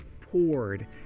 poured